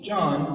John